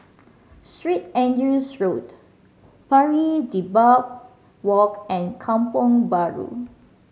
Street Andrew's Road Pari Dedap Walk and Kampong Bahru